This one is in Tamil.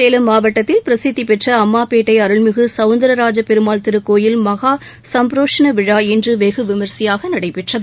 சேலம் மாவட்டத்தின் பிரசித்திப் பெற்ற அம்மாபேட்டை அருள்மிகு சவுந்தரராஜ பெருமாள் திருக்கோயில் மகா சம்ப்ரோஷண விழா இன்று வெகு விமரிசையாக நடைபெற்றது